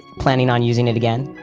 planning on using it again?